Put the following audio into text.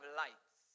lights